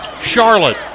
Charlotte